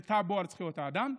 טאבו, על זכויות האדם,